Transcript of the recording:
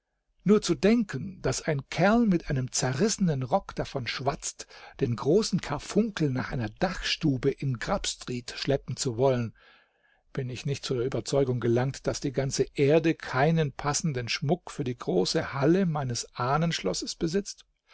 nur zu denken daß ein kerl mit einem zerrissenen rock davon schwatzt den großen karfunkel nach einer dachstube in grubstreet schleppen zu wollen bin ich nicht zu der überzeugung gelangt daß die ganze erde keinen passenden schmuck für die große halle meines ahnenschlosses besitzt